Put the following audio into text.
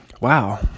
Wow